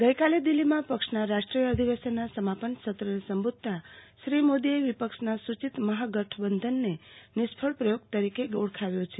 આજે દિલ્હીમાં પક્ષના રાષ્ટ્રીય અધિવેશનના સમાપન સત્રને સંબોધતાં શ્રી મોદીએ વિપક્ષના સૂચિત મહાગઠબંધનને નિષ્ફળ પ્રયોગ તરીકે ઓળખાવ્યો છે